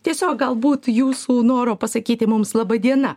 tiesiog galbūt jūsų noro pasakyti mums laba diena